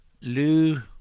Lou